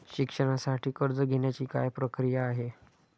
शिक्षणासाठी कर्ज घेण्याची काय प्रक्रिया आहे?